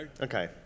Okay